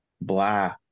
blah